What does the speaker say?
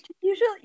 usually